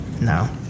No